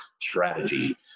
strategy